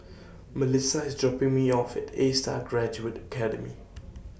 Mellisa IS dropping Me off At A STAR Graduate Academy